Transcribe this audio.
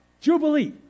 Jubilee